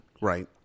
Right